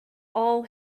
all